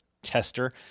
tester